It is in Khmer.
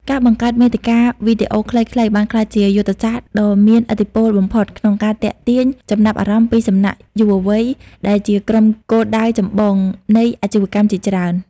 ការបង្កើតមាតិកាវីដេអូខ្លីៗបានក្លាយជាយុទ្ធសាស្ត្រដ៏មានឥទ្ធិពលបំផុតក្នុងការទាក់ទាញចំណាប់អារម្មណ៍ពីសំណាក់យុវវ័យដែលជាក្រុមគោលដៅចម្បងនៃអាជីវកម្មជាច្រើន។